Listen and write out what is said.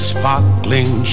sparkling